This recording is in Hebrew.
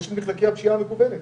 ויש את מחלקי הפשיעה המקוונת